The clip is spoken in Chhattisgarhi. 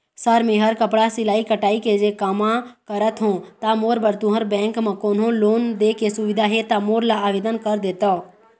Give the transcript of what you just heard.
सर मेहर कपड़ा सिलाई कटाई के कमा करत हों ता मोर बर तुंहर बैंक म कोन्हों लोन दे के सुविधा हे ता मोर ला आवेदन कर देतव?